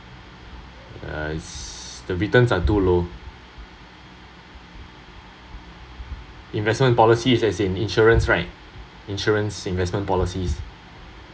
uh the returns are too low investment policy is in insurance right insurance investment policies